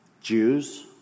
Jews